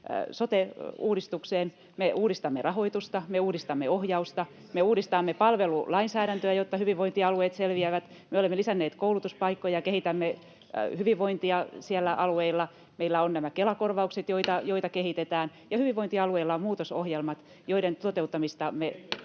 sote-uudistukseenne. Me uudistamme rahoitusta, me uudistamme ohjausta, me uudistamme palvelulainsäädäntöä, jotta hyvinvointialueet selviävät. [Vilhelm Junnilan välihuuto] Me olemme lisänneet koulutuspaikkoja, kehitämme hyvinvointia siellä alueilla. Meillä on nämä Kela-korvaukset, joita kehitetään, ja hyvinvointialueilla on muutosohjelmat, joiden toteuttamista me